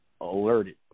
alerted